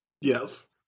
Yes